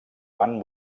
van